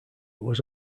was